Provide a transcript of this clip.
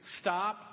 Stop